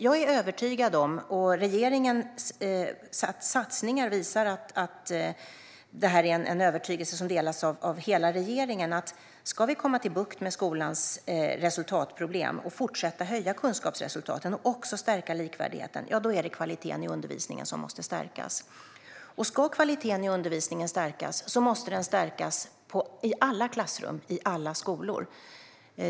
Jag är övertygad om - och regeringens satsningar visar att detta är en övertygelse som delas av hela regeringen - att ska vi få bukt med skolans resultatproblem, fortsätta höja kunskapsresultaten och därtill stärka likvärdigheten är det kvaliteten i undervisningen som måste stärkas. Om kvaliteten i undervisningen ska stärkas måste den stärkas i alla klassrum i alla skolor.